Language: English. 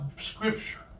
Scripture